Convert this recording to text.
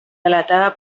delatava